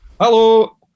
Hello